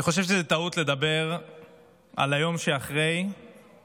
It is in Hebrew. אני חושב שזו טעות לדבר על היום שאחרי כשהיום,